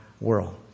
world